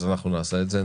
אז אנחנו נעשה את זה,